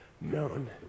known